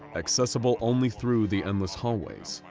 accessible only through the endless hallways,